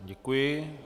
Děkuji.